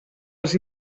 els